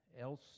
else